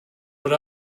but